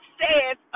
says